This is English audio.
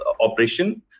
operation